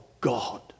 God